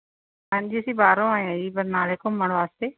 ਹਾਂਜੀ ਅਸੀਂ ਬਾਹਰੋਂ ਆਏ ਹਾਂ ਜੀ ਬਰਨਾਲੇ ਘੁੰਮਣ ਵਾਸਤੇ